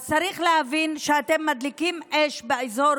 אז צריך להבין שאתם מדליקים אש באזור